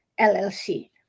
LLC